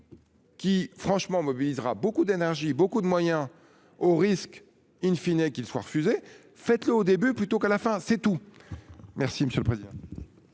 Qui franchement mobilisera beaucoup d'énergie, beaucoup de moyens au risque in fine et qu'il soit refusé. Faites-le au début. Plutôt qu'à la fin c'est tout. Merci monsieur le président.